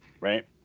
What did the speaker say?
right